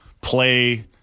play